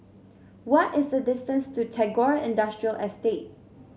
what is the distance to Tagore Industrial Estate